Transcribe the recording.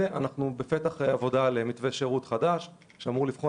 אנחנו בתחילת עבודה על מתווה שירות חדש שאמור לבחון